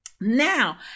Now